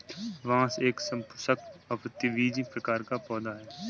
बांस एक सपुष्पक, आवृतबीजी प्रकार का पौधा है